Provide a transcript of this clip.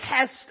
test